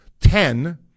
Ten